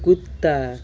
कुत्ता